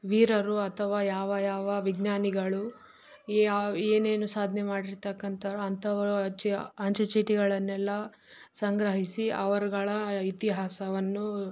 ವೀರರು ಅಥವಾ ಯಾವ ಯಾವ ವಿಜ್ಞಾನಿಗಳು ಯಾವ ಏನೇನು ಸಾಧನೆ ಮಾಡಿರ್ತಕ್ಕಂಥ ಅಂಥವರು ಅಚ್ಯ ಅಂಚೆ ಚೀಟಿಗಳನ್ನೆಲ್ಲ ಸಂಗ್ರಹಿಸಿ ಅವರುಗಳ ಇತಿಹಾಸವನ್ನು